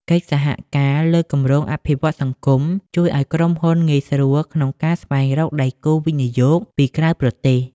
កិច្ចសហការលើគម្រោងអភិវឌ្ឍន៍សង្គម ជួយឱ្យក្រុមហ៊ុនងាយស្រួលក្នុងការស្វែងរកដៃគូវិនិយោគពីក្រៅប្រទេស។